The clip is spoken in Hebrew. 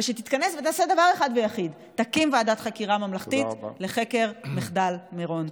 שתתכנס ותעשה דבר אחד ויחיד: תקים ועדת חקירה ממלכתית לחקר מחדל מירון,